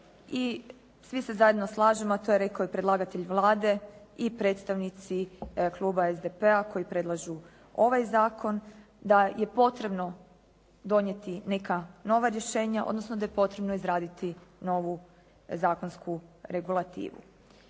svi se zajedno slažemo a to je rekao i predlagatelj Vlade i predstavnici Kluba SDP-a koji predlažu ovaj zakon da je potrebno donijeti neka nova rješenja odnosno da je potrebno izraditi novu zakonsku regulativu.